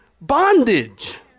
bondage